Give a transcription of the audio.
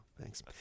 thanks